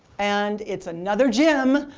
and it's another jim.